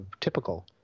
typical